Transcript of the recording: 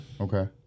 Okay